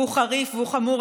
והוא חריף והוא חמור.